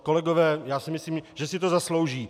Kolegové, já si myslím, že si to zaslouží.